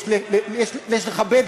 יש לכבד,